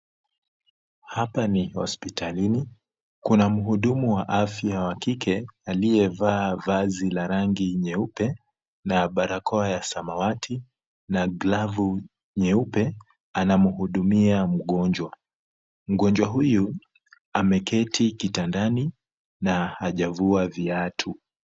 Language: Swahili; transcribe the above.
Hapa ni hospitalini. Kuna mhudumu wa afya wa kike, aliyevaa vazi la rangi nyeupe na barakoa ya samawati na glavu nyeupe anamhudumia mgonjwa. Mgonjwa huyu ameketi kitandani na hajavua viatu.